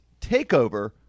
takeover